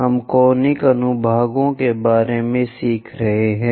हम कॉनिक अनुभागों के बारे में सीख रहे हैं